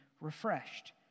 refreshed